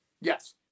Yes